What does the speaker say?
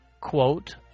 quote